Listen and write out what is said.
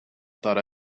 thought